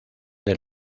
del